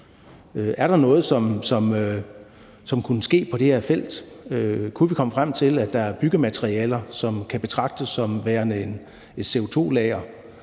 er der noget, som kunne ske på det her felt? Kunne vi komme frem til, at der var byggematerialer, som kunne betragtes som værende et CO2-lager,